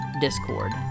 Discord